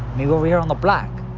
negra over here on the block.